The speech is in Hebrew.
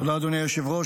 תודה, אדוני היושב-ראש.